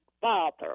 father